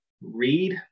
read